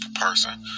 person